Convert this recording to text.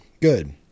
Good